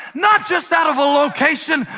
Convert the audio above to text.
not just out of a location,